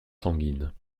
sanguine